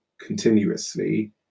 continuously